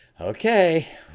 okay